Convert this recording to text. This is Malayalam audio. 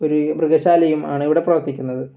ഒരു മൃഗശാലയുമാണിവിടെ പ്രവർത്തിക്കുന്നത്